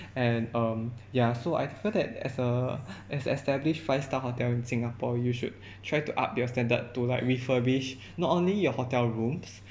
and um ya so I felt that as a as established five star hotel in singapore you should try to up your standard to like refurbish not only your hotel rooms